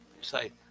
say